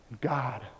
God